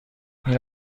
این